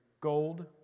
gold